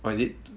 what is it